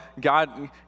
God